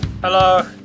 Hello